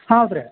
ಹೌದ್ರಿ